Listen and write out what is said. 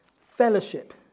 fellowship